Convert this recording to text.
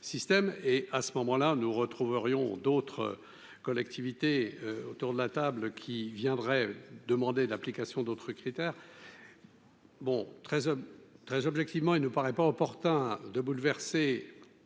et à ce moment-là nous retrouverions d'autres collectivités autour de la table qui viendrait demander l'application d'autres critères. Bon 13 heures très objectivement il ne paraît pas opportun de bouleverser,